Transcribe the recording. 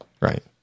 right